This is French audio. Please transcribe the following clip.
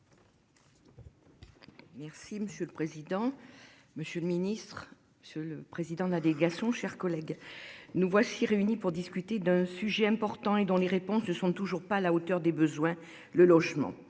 Merci monsieur le président. Monsieur le Ministre. Monsieur le président de la délégation, chers collègues. Nous voici réunis pour discuter d'un sujet important et dont les réponses ne sont toujours pas la hauteur des besoins. Le logement